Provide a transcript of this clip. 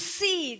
see